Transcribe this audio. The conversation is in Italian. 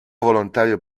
volontario